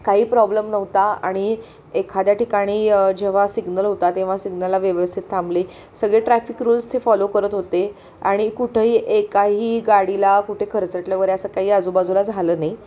काही प्रॉब्लम नव्हता आणि एखाद्या ठिकाणी जेव्हा सिग्नल होता तेव्हा सिग्नलला व्यवस्थित थांबले सगळे ट्रॅफिक रूल्स ते फॉलो करत होते आणि कुठंही एकाही गाडीला कुठे खरचटलं वगैरे असं काही आजूबाजूला झालं नाही